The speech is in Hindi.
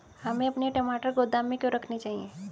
हमें अपने टमाटर गोदाम में क्यों रखने चाहिए?